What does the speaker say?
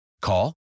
Call